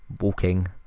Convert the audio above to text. walking